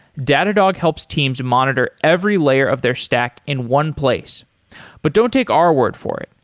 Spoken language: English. datadog helps teams monitor every layer of their stack in one place but don't take our word for it.